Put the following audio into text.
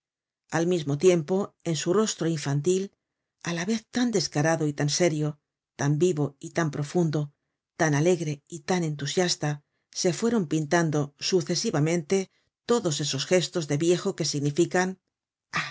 al mismo tiempo en su rostro infantil á la vez tan descarado y tan serio tan vivo y tan profundo tan alegre y tan entusiasta se fueron pintando sucesivamente todos esos gestos de viejo que significan